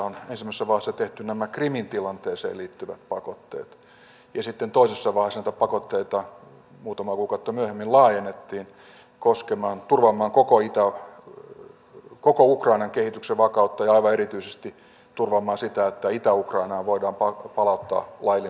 on ensimmäisessä vaiheessa tehty nämä krimin tilanteeseen liittyvät pakotteet ja sitten toisessa vaiheessa näitä pakotteita muutamaa kuukautta myöhemmin laajennettiin turvaamaan koko ukrainan kehityksen vakautta ja aivan erityisesti turvaamaan sitä että itä ukrainaan voidaan palauttaa laillinen meno